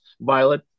Violet